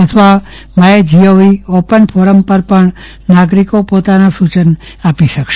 અથવા my G O V open forum પર પજ્ઞ નાગરિકી પોતાના સૂચન આપી શકશે